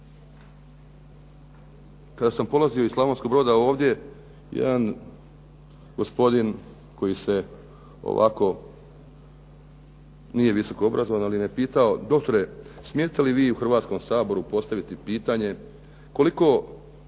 Kada sam polazio iz Slavonskog Broda ovdje, jedan gospodin koji se ovako nije visoko obrazovan, ali me pitao doktore, smijete li vi u Hrvatskom saboru postaviti pitanje koliko